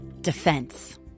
Defense